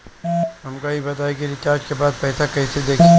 हमका ई बताई कि रिचार्ज के बाद पइसा कईसे देखी?